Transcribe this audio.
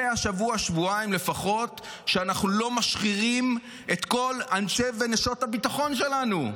זה לפחות שבוע-שבועיים שאנחנו לא משחירים את אנשי ונשות הביטחון שלנו.